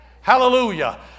Hallelujah